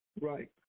Right